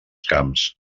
camps